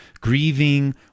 grieving